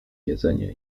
jedzenie